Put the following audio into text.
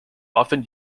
often